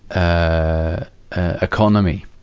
ah, ah economy.